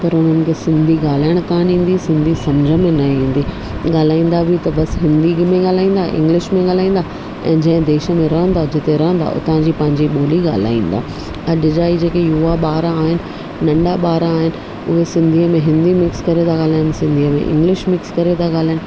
पर उन्हनि खे सिंधी ॻाल्हाइण कान्ह ईंदी सिंधी सम्झि में न ईंदी ॻाल्हाईंदा बि त बसि हिंदी में ॻाल्हाईंदा इंगलिश में ॻाल्हाईंदा ऐं जंहिं देश में रहंदा जिथे रहंदा उतां जी पंहिंजी ॿोली ॻाल्हाईंदा अॼु जा इहे जेके युवा ॿार आहिनि नंढा ॿार आहिनि उहे सिंधीअ में हिंदी मिक्स करे था ॻाल्हाइनि सिंधीअ में इंगलिश मिक्स करे था ॻाल्हाइनि